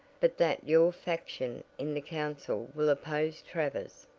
but that your faction in the council will oppose travers.